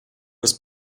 muss